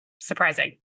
surprising